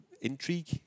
intrigue